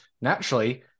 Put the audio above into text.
naturally